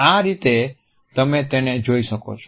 આ રીતે તમે તેને જોઈ શકો છો